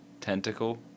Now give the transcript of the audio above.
tentacle